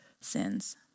sins